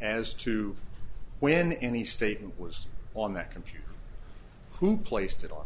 as to when any statement was on that computer who placed it on